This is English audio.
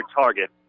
target